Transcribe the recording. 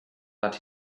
but